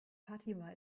fatima